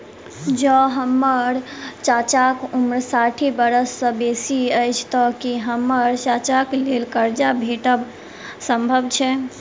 जँ हम्मर चाचाक उम्र साठि बरख सँ बेसी अछि तऽ की हम्मर चाचाक लेल करजा भेटब संभव छै?